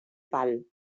pal